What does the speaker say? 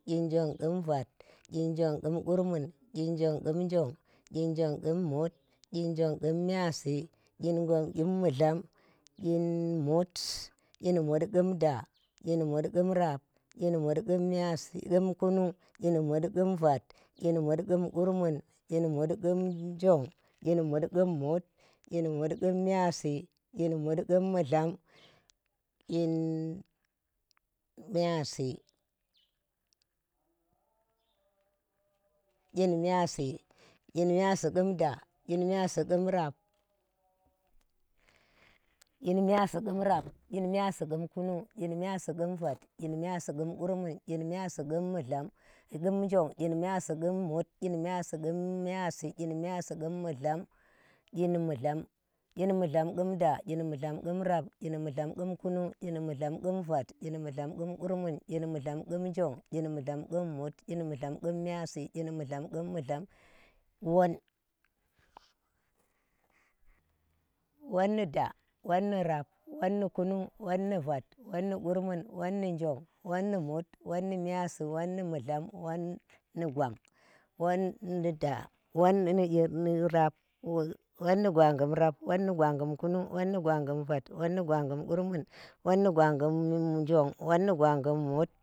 Kyinjong qum vat, kyinjong khum qurmun, kyin njong khum njong, kyin njong, khum mut, kyin njong qum myiyasi, kyinujong khum mudlam, kyin mut. kyin mut khum da, kyinmut khum vap, kyin mut khum kunung, kyin mut khumvat, kyin mut khum qurmun, kyin mut qum njong, kyin mut khum mut, kyin mut khum myiyasi, kyin mut, khum mudlam, kyin myiyasi, kyin myiysi. kyin myayisi khum da, kyin myiyasi khum rap, kyin myiyasi khum kunung kyin myiyasi khum vat, kyi myiyasu khum qurmu, kyi myiyasi khum mudlam, kyi myiyasi khum jog, kyi myiyasi khum muti, kyi myiyasi khum mudlam kyi mudlam. kyi mudlam khum da, kyi mudlam khum vap, kyi mudlam qum kunung, kyin mudlam khum vat, kyin mudlam qun qurmun, kyin mudlam qum njong, kyin mudlam qum mut, kyin mudlam qum myiyasi, kyin mudlam qum mudlam whon. whon ni da, whon ni rap, whon ni kunung, whon ni vat, whon ni qurmun, whon ni njong, whon ni mut, whon ni myasi whon ni mudlam whon ni gwan. whon ni da, whon n ni rap whon ni gwan gum kunung, whom ni gwagum vat whon ni gwangum qurmur, whon ni gwangum njong, whon ni gwangum mut.